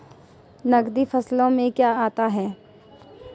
नकदी फसलों में क्या आता है?